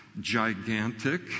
gigantic